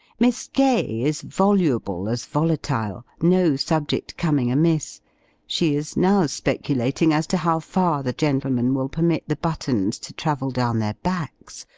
miss gay is voluble as volatile, no subject coming amiss she is now speculating as to how far the gentlemen will permit the buttons to travel down their backs,